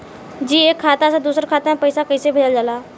जी एक खाता से दूसर खाता में पैसा कइसे भेजल जाला?